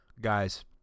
Guys